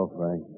Frank